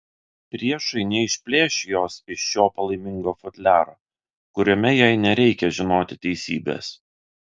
priešai neišplėš jos iš šio palaimingo futliaro kuriame jai nereikia žinoti teisybės